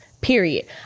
period